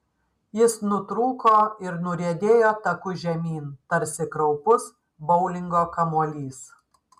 jis nutrūko ir nuriedėjo taku žemyn tarsi kraupus boulingo kamuolys